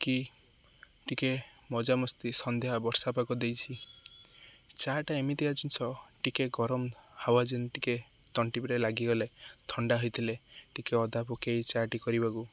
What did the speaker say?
କି ଟିକେ ମଜାମସ୍ତି ସନ୍ଧ୍ୟା ବର୍ଷା ପାାଗ ଦେଇଛି ଚା'ଟା ଏମିତିକା ଜିନିଷ ଟିକେ ଗରମ ହାୱା ଯେ ଟିକେ ତଣ୍ଟି ପଟେ ଲାଗିଗଲେ ଥଣ୍ଡା ହୋଇଥିଲେ ଟିକେ ଅଦା ପକେଇ ଚା'ଟି କରିବାକୁ